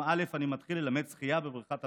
א' אני מתחיל ללמד שחייה במרכז אביחיל.